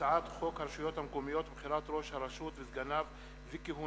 הצעת חוק הרשויות המקומיות (בחירת ראש הרשות וסגניו וכהונתם)